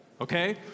Okay